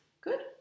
good